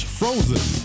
frozen